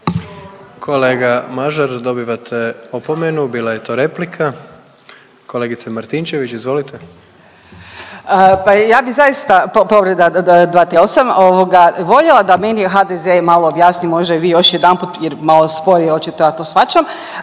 Kolega Mažar dobivate opomenu, bila je to replika. Kolegice Martinčević, izvolite. **Martinčević, Natalija (Reformisti)** Pa ja bih zaista, povreda 238. voljela da meni HDZ malo objasni možda i vi još jedanput jer malo sporije očito ja to shvaćam